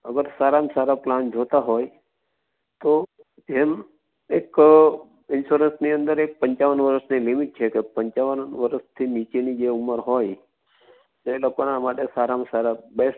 અગર સારામાં સારા પ્લાન જોઈતા હોય તો એમ એક ઈન્શ્યુરન્સની એક પંચાવન વર્ષની લિમિટ છે પંચાવન વર્ષથી નીચેની ઉમર હોય તો એ લોકોના માટે સારામાં સારા બેસ્ટ